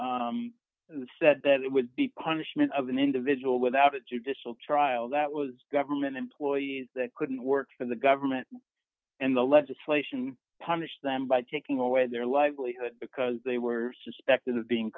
said that it would be punishment of an individual without a judicial trial that was government employees that couldn't work for the government and the legislation punish them by taking away their livelihood because they were suspected of being